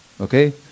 Okay